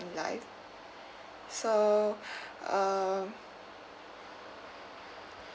like so uh